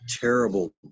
terrible